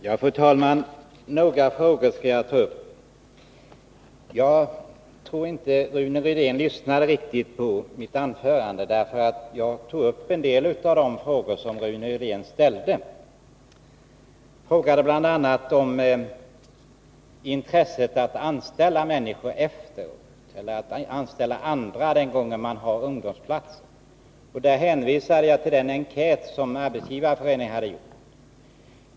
Fru talman! Jag tror inte att Rune Rydén lyssnade riktigt på mitt anförande, eftersom jag tog upp en del av de frågor han ställde. Han frågade bl.a. om intresset för att anställa människor efter utbildningen eller för att anställa andra när man har ungdomsplatser, och jag hänvisade till den enkät som Arbetsgivareföreningen har gjort.